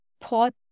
thought